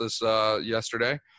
yesterday